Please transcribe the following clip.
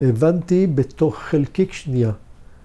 ‫הבנתי בתוך חלקיק שנייה.